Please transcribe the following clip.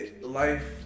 life